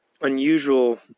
unusual